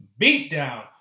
beatdown